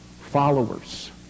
followers